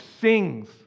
sings